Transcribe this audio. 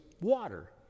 water